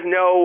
no